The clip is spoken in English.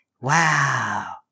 Wow